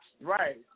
Right